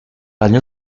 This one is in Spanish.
año